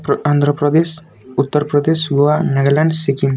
Andhra Pradesh Uttar Pradesh Goa Nagaland Sikkim